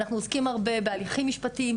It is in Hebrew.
אנחנו עוסקים הרבה בהליכים משפטיים,